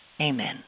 Amen